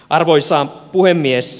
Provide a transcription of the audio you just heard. arvoisa puhemies